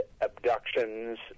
abductions